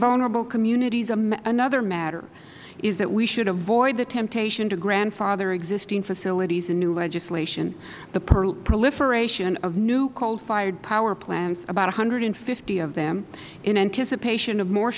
vulnerable communities another matter is that we should avoid the temptation to grandfather existing facilities in new legislation the proliferation of new coal fired power plants about one hundred and fifty of them in anticipation of more